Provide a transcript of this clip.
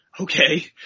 okay